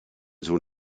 sohn